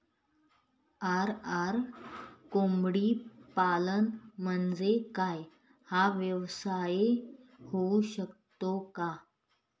RR कोंबडीपालन म्हणजे काय? हा व्यवसाय होऊ शकतो का?